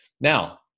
Now